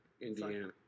Indiana